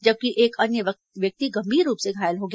जबकि एक अन्य व्यक्ति गंभीर रूप से घायल हो गया